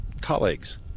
colleagues